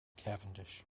cavendish